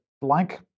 blank